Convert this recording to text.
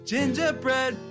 Gingerbread